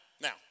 Now